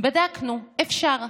בדקנו, אפשר.